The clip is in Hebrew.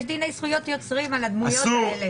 דיני זכויות יוצרים על הדמויות האלה.